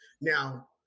Now